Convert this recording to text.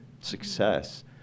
success